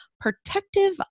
protective